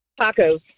Tacos